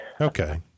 Okay